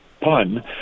pun